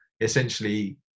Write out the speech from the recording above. essentially